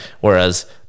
whereas